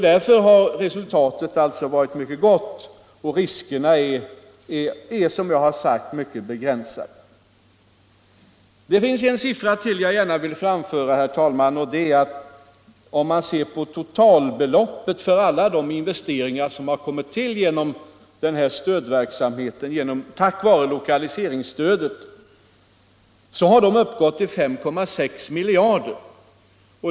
Därför har resultatet varit mycket gott. Riskerna är, som jag har sagt, mycket begränsade. Det finns en siffra till som jag gärna ville framföra, herr talman. Totalbeloppet för alla investeringar som kommit till genom denna stödverksamhet har uppgått till 5,6 miljarder.